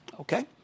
Okay